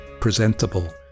Presentable